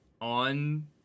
on